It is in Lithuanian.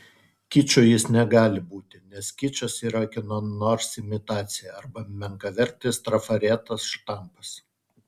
kiču jis negali būti nes kičas yra kieno nors imitacija arba menkavertis trafaretas štampas